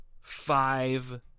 five